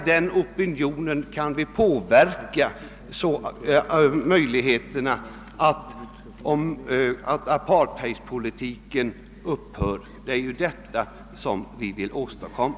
Därigenom kan vi påverka möjligheterna till att apartheidpolitiken upphör, och det är ju vad vi vill åstadkomma.